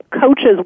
coaches